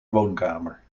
woonkamer